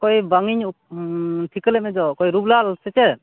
ᱚᱠᱚᱭ ᱵᱟᱝ ᱤᱧ ᱴᱷᱤᱠᱟ ᱞᱮᱫ ᱢᱮᱫᱚ ᱚᱠᱚᱭ ᱨᱩᱵᱞᱟᱞ ᱥᱮ ᱪᱮᱫ